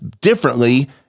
differently